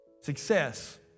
Success